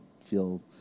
feel